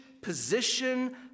position